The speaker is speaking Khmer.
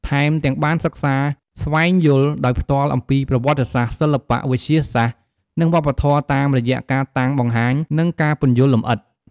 ថែមទាំងបានសិក្សាស្វែងយល់ដោយផ្ទាល់អំពីប្រវត្តិសាស្ត្រ សិល្បៈ វិទ្យាសាស្ត្រ និងវប្បធម៌តាមរយៈការតាំងបង្ហាញ និងការពន្យល់លម្អិត។